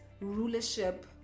rulership